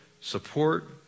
support